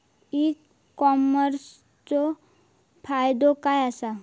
E कॉमर्सचो फायदो काय असा?